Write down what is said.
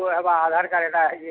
ହେବା ଆଧାର୍ କାର୍ଡ଼ ହେଟା ହେଇଯିବା ଯେ